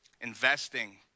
investing